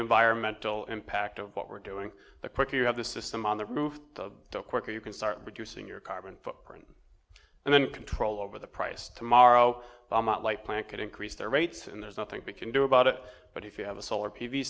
environmental impact of what we're doing the quicker you have the system on the roof the quicker you can start reducing your carbon footprint and then control over the price tomorrow on that light plant could increase their rates and there's nothing we can do about it but if you have a solar p v